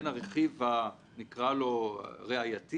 הם חייבים להעלות תמונות,